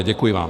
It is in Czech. Děkuji vám.